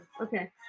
Okay